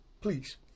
Please